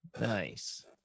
Nice